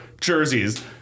jerseys